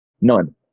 None